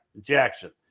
Jackson